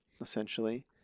essentially